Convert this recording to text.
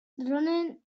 droneen